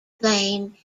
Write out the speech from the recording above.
plane